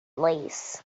lace